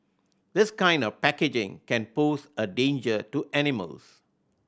this kind of packaging can pose a danger to animals